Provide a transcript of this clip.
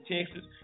Texas